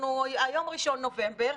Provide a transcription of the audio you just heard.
היום ה-1 בנובמבר,